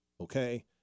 okay